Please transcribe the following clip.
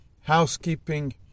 housekeeping